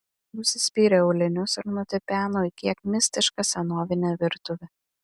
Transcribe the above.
nusispyrė aulinius ir nutipeno į kiek mistišką senovinę virtuvę